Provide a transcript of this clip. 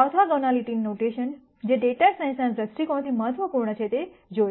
ઓર્થોગોનિલિટીના notation જે data સાયન્સના દૃષ્ટિકોણથી મહત્વપૂર્ણ છે તે જોઈશું